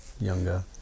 younger